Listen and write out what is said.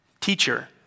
Teacher